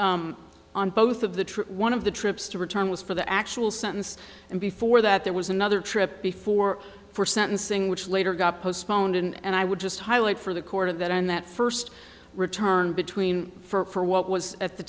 in on both of the trip one of the trips to return was for the actual sentence and before that there was another trip before for sentencing which later got postponed and i would just highlight for the quarter that in that first return between for what was at the